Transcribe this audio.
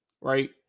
right